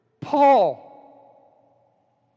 Paul